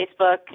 Facebook